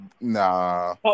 nah